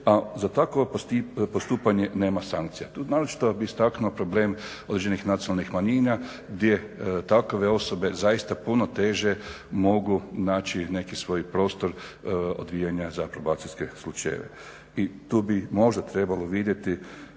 A za takvo postupanje nema sankcija. Tu naročito bih istaknuo problem određenih nacionalnih manjina gdje takve osobe zaista puno teže mogu naći neki svoj prostor odvijanja za probacijske slučajeve. I tu bih možda trebalo vidjeti